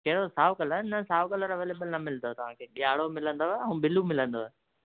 कहिड़ो साओ कलर न साओ कलर अवेलेबल न मिलंदव तव्हां खे ॻाड़िहो मिलंदव ऐं ब्लू मिलंदव